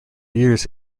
years